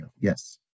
Yes